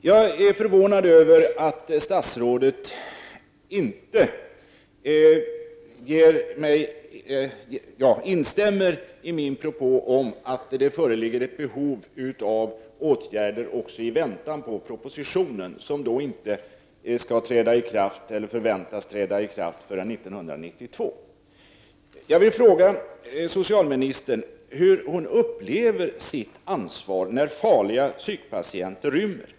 Jag är förvånad över att statsrådet inte instämmer i min propå om att det föreligger ett behov av åtgärder också i avvaktan på propositionen, eftersom beslutet med anledning av denna ju inte förväntas träda i kraft förrän 1992. Jag vill fråga socialministern hur hon upplever sitt ansvar när farliga psykpatienter rymmer.